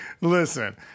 Listen